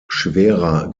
schwerer